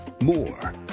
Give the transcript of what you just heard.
More